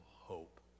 hope